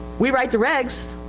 we write the regis.